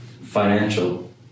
financial